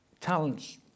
talents